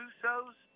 Usos